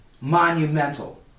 monumental